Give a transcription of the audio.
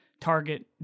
target